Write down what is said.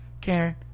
Karen